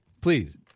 Please